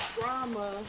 drama